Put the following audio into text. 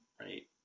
right